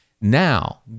Now